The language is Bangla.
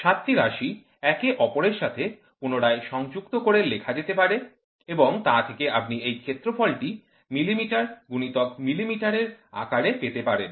সাতটি রাশি একে অপরের সাথে পুনরায় সংযুক্ত করে লেখা যেতে পারে এবং তা থেকে আপনি এই ক্ষেত্রফল টি মিলিমিটার × মিলিমিটার এর আকারে পেতে পারেন